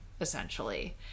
essentially